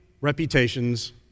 reputations